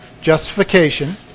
justification